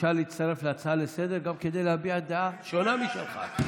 ואפשר להצטרף להצעה לסדר-היום גם כדי להביע דעה שונה משלך.